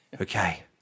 Okay